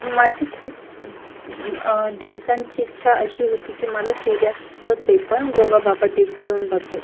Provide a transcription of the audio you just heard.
माझी खूप दिवसांची इच्छा अशी होती की मला सूर्यास्त ते पण गोगाबाबा टेकडीवरुन बघायचा